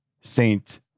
Saint